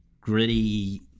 gritty